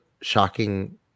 shocking